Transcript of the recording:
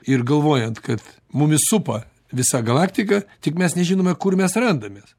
ir galvojant kad mumis supa visa galaktika tik mes nežinome kur mes randamės